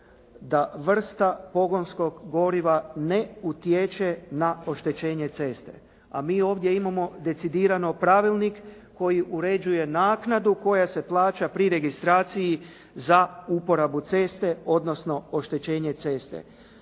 Da vrsta pogonskog goriva ne utječe na oštećenje ceste, a mi ovdje imamo decidirano pravilnik koji uređuje naknadu koja se plaća pri registraciji za uporabu ceste, odnosno oštećenje ceste.